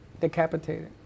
decapitated